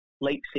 late